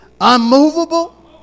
unmovable